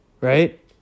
right